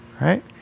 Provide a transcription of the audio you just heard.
right